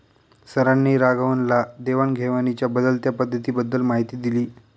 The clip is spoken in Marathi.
सरांनी राघवनला देवाण घेवाणीच्या बदलत्या पद्धतींबद्दल माहिती दिली